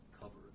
cover